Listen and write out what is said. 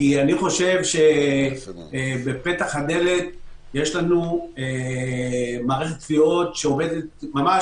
אני חושב שבפתח הדלת יש לנו מערכת תביעות שעומדת לפרוץ.